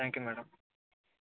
thank you madam